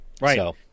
Right